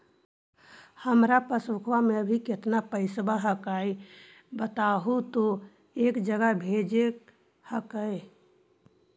हमार पासबुकवा में अभी कितना पैसावा हक्काई बताहु तो एक जगह भेजेला हक्कई?